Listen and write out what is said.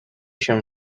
się